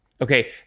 Okay